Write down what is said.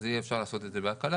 אז יהיה אפשר לעשות את בהקלה,